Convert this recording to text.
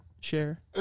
share